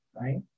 right